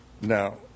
Now